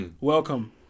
Welcome